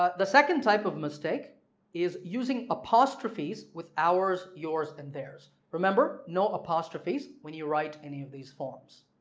the second type of mistake is using apostrophes with ours, yours and theirs remember no apostrophes when you write any of these forms.